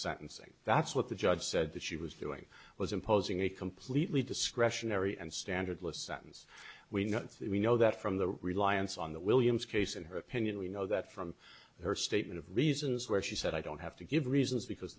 sentencing that's what the judge said that she was doing was imposing a completely discretionary and standardless sentence we know that we know that from the reliance on the williams case in her opinion we know that from her statement of reasons where she said i don't have to give reasons because